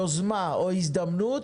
יוזמה או הזדמנות,